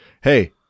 Hey